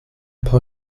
paar